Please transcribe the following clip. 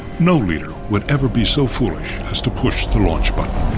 no leader would ever be so foolish as to push the launch but